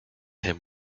him